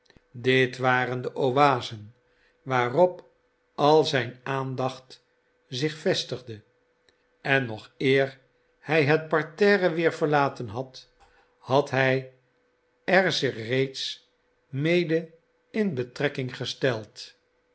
dit waren de oasen waarop al zijn aandacht zich vestigde en nog eer hij het parterre weer verlaten had had hij er zich reeds mede in betrekking gesteld